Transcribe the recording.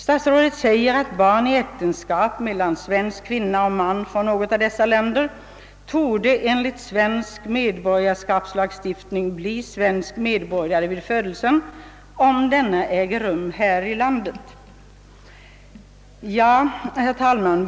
Han säger att barn i äktenskap mellan svensk kvinna och man från något av dessa länder enligt svensk medborgarskapslagstiftning torde bli svensk medborgare vid födelsen, om denna äger rum här i landet. Herr talman!